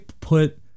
put